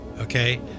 Okay